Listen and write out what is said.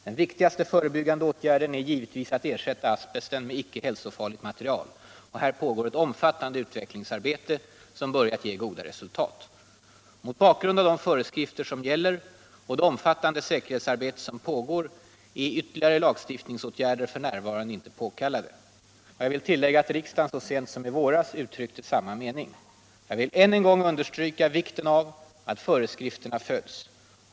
Den viktigaste förebyggande åtgärden är givetvis att ersätta asbesten med icke hälsofarligt material. Här pågår ett omfattande utvecklingsarbete som börjat ge goda resultat. Mot bakgrund av de föreskrifter som gäller och det omfattande säkerhetsarbete som pågår är ytterligare lagstiftningsåtgärder f. n. inte påkallade. Jag vill tillägga att riksdagen så sent som i våras uttryckte samma mening. Jag vill än en gång understryka vikten av att föreskrifterna följs.